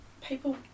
people